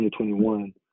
2021